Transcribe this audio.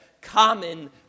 common